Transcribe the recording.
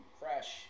fresh